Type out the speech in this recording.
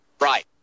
right